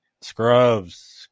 Scrubs